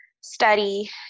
study